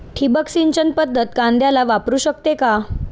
ठिबक सिंचन पद्धत कांद्याला वापरू शकते का?